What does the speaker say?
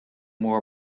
wore